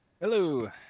Hello